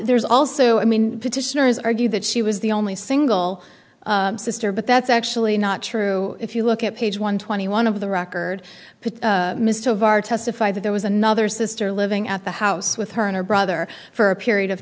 there's also i mean petitioners argue that she was the only single sister but that's actually not true if you look at page one twenty one of the record mr of are testify that there was another sister living at the house with her and her brother for a period of